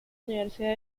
universidad